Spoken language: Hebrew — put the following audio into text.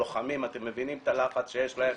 כלוחמים אתם מבינים את הלחץ שיש להם,